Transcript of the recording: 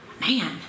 man